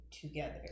together